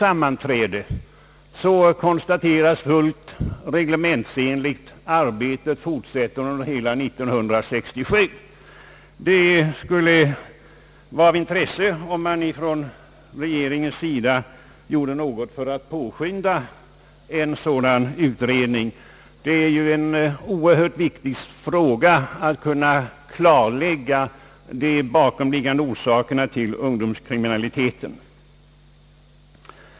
— sammanträde, konstateras fullt reglementsenligt att arbetet fortsätter under hela 1967. Det skulle vara av intresse, om regeringen gjorde något för att påskynda en sådan utredning. Det är ju oerhört viktigt att klarlägga de bakomliggande orsakerna till ungdomskriminaliteten.